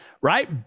right